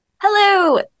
Hello